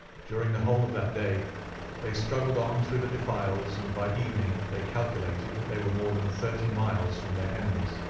during the whole of that day they struggled on through the defiles, and by evening they calculated that they were more than thirty miles from their enemies.